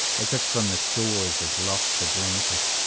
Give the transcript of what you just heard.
as if from the shores of lost atlantis,